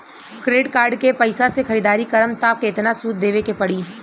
Credit card के पैसा से ख़रीदारी करम त केतना सूद देवे के पड़ी?